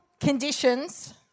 conditions